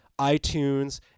iTunes